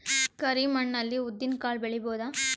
ಕರಿ ಮಣ್ಣ ಅಲ್ಲಿ ಉದ್ದಿನ್ ಕಾಳು ಬೆಳಿಬೋದ?